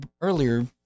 earlier